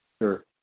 Sure